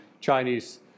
Chinese